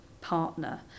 partner